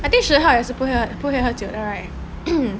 I think xue hao 也是不会不会喝酒 right